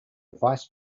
vice